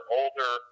older